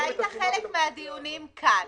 היית חלק מהדיונים כאן,